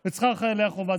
את שכר חיילי החובה.